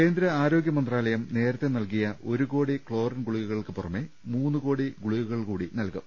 കേന്ദ്ര ആരോഗ്യമന്ത്രാലയം നേരത്തെ നൽകിയ ഒരു കോടി ക്ലോറിൻ ഗുളികകൾക്ക് പുറമെ മൂന്നു കോടി ഗുളി കകൾകൂടി നൽകും